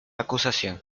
acusación